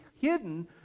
hidden